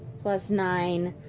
plus nine,